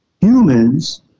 Humans